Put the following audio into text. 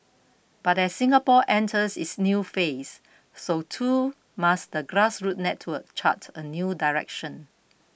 but as Singapore enters its new phase so too must the grassroots network chart a new direction